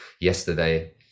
yesterday